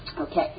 Okay